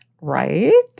right